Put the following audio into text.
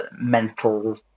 mental